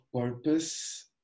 purpose